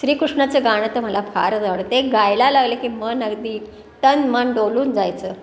श्रीकृष्णाचं गाणं तर मला फारच आवडते गायला लागलं की मन अगदी तन मन डोलून जायचं